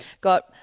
got